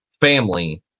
family